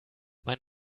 mein